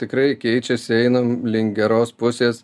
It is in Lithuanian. tikrai keičiasi einam link geros pusės